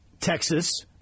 Texas